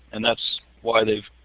and that's why they've